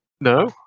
No